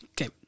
Okay